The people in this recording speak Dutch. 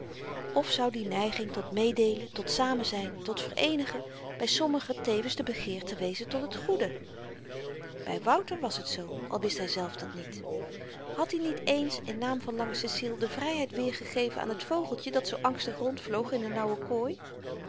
of zou die neiging tot meedeelen tot samenzyn tot vereenigen by sommigen tevens de begeerte wezen tot het goede by wouter was het zoo al wist hyzelf dat niet had i niet eens in naam van lange ceciel de vryheid weergegeven aan t vogeltje dat zoo angstig rondvloog in de nauwe kooi